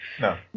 No